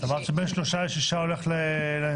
אמרת שבין שלושה לשישה הולך לנציבה.